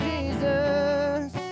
Jesus